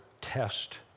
test